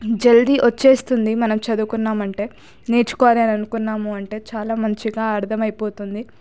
జల్ది వచ్చేస్తుంది మనం చదువుకున్నామంటే నేర్చుకోవాలి అని అనుకున్నాము అంటే చాలా మంచిగా అర్థమైపోతుంది